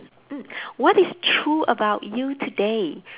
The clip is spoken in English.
mm what is true about you today